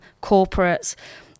corporates